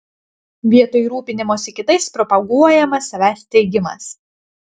vietoj rūpinimosi kitais propaguojamas savęs teigimas